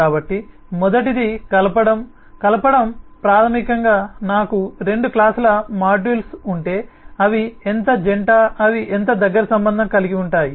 కాబట్టి మొదటిది కలపడం కలపడం ప్రాథమికంగా నాకు రెండు క్లాస్ ల మాడ్యూల్స్ ఉంటే అవి ఎంత జంట అవి ఎంత దగ్గరి సంబంధం కలిగివుంటాయి